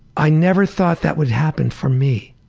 i never thought that would happen for me